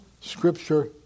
scripture